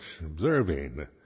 observing